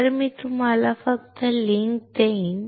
तर मी तुम्हाला फक्त लिंक देईन